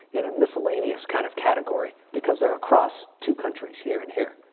in a miscellaneous kind of category. because they're across two countries here and here.